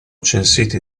censiti